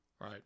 Right